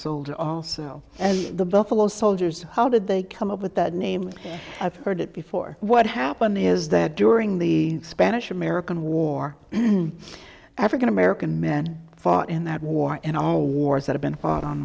sold also and the buffalo soldiers how did they come up with that name i've heard it before what happen is that during the spanish american war african american men fought in that war and all wars that have been fought on